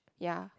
ya